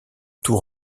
tour